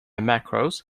macros